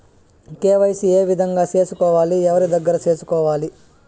KYC ఏ విధంగా సేసుకోవాలి? ఎవరి దగ్గర సేసుకోవాలి?